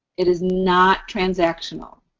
it is not transactional.